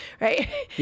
right